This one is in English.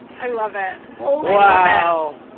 i love it. wow.